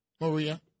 Maria